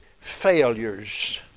failures